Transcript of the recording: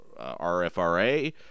rfra